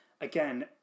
again